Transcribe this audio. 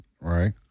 right